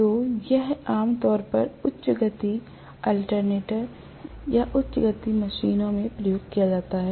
तो यह आम तौर पर उच्च गति अल्टरनेटर या उच्च गति मशीनों में प्रयोग किया जाता है